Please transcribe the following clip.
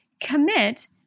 Commit